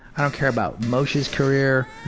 i don't care about moshe's career,